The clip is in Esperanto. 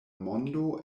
mondo